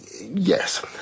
Yes